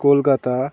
Kolkata